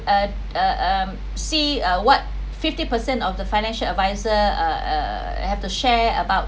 uh uh uh see uh what fifty percent of the financial advisor uh uh have to share about